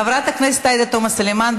חברת הכנסת עאידה תומא סלימאן.